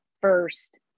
first